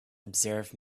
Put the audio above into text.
observe